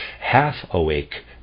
half-awake